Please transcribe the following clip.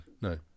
No